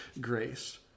grace